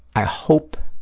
i hope